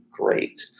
great